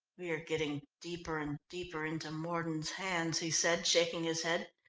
we are getting deeper and deeper into mordon's hands, he said, shaking his head.